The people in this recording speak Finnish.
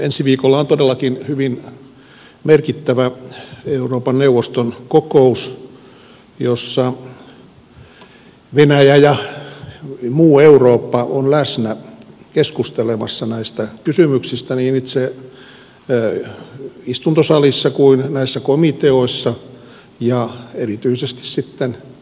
ensi viikolla on todellakin hyvin merkittävä euroopan neuvoston kokous jossa venäjä ja muu eurooppa ovat läsnä keskustelemassa näistä kysymyksistä niin itse istuntosalissa kuin näissä komiteoissa ja erityisesti sitten käytävillä